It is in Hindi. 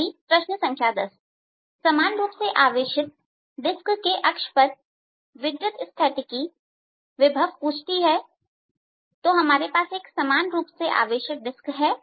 अगली प्रश्न संख्या 10 समान रुप से आवेशित डिस्क के अक्ष पर विद्युत स्थैतिकी विभव पूछती है तो हमारे पास एक समान रुप से आवेशित डिस्क है